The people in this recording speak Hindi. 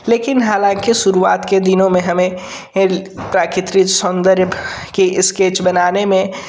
लेकिन हालांकि शुरुवात के दिनों में हमें हेल प्राकृतिक सौंदर्य की इस्केच बनाने में